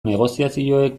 negoziazioek